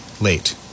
late